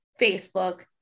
facebook